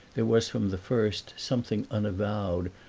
there was from the first something unavowed,